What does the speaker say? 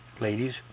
Ladies